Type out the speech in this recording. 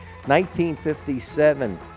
1957